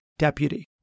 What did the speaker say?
deputy